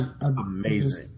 amazing